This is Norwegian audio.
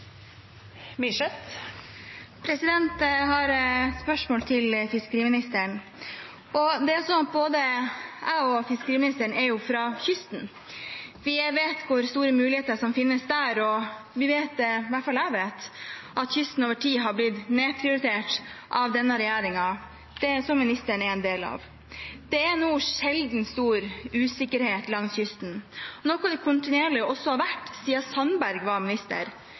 Myrseth. Jeg har et spørsmål til fiskeriministeren. Både jeg og fiskeriministeren er jo fra kysten. Vi vet hvor store muligheter som finnes der, og vi vet – jeg vet det i hvert fall – at kysten over tid har blitt nedprioritert av denne regjeringen, som ministeren nå er en del av. Det er nå en sjeldent stor usikkerhet langs kysten, noe det kontinuerlig har vært siden Per Sandberg var